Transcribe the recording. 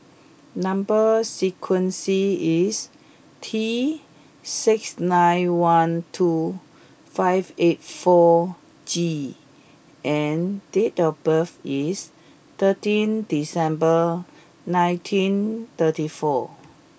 number sequence is T six nine one two five eight four G and date of birth is thirteen December nineteen thirty four